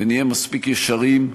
ונהיה מספיק ישרים,